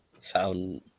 found